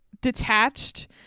detached